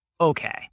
Okay